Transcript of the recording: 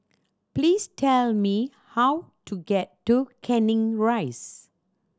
please tell me how to get to Canning Rise